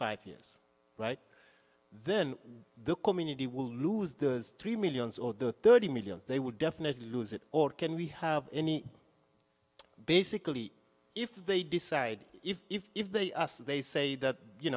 five years right then the community will lose the three millions or the thirty million they will definitely lose it or can we have any basically if they decide if the us they say that you